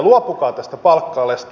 luopukaa tästä palkka alesta